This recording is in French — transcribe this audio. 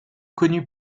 connu